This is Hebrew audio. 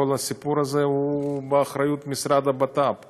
כל הסיפור הזה הוא באחריות המשרד לביטחון פנים.